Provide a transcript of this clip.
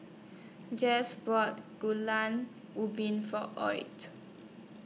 Jase brought Gulai Ubi For Hoy